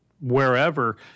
wherever